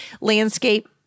landscape